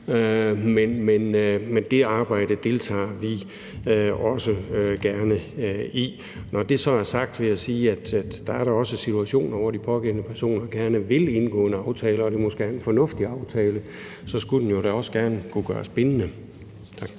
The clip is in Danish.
men det arbejde deltager vi også gerne i. Når det så er sagt, vil jeg sige, at der også er situationer, hvor de pågældende personer gerne vil indgå en aftale, og er det måske en fornuftig aftale, skulle den også gerne kunne gøres bindende.